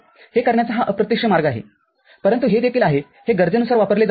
हे करण्याचा हा अप्रत्यक्ष मार्ग आहे परंतु हे देखील आहे हे गरजेनुसार वापरले जाऊ शकते